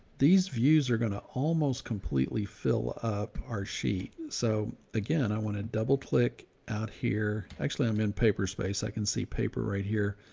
these views are going to almost completely fill up our sheet. so again, i want to double click out here, actually i'm in paper space. i can see paper right here.